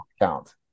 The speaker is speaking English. account